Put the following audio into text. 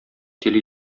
тиле